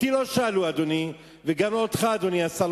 אותי לא שאלו, אדוני, וגם לא אותך, אדוני השר.